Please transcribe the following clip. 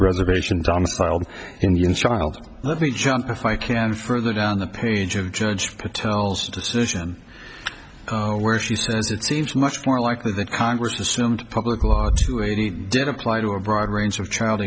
reservation domiciled indian child let me jump if i can further down the page of judge patel also decision where she says it seems much more likely that congress assumed public law to eighty did apply to a broad range of child